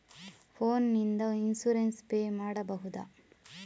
Phone ನಿಂದ insurance pay ಮಾಡಬಹುದ?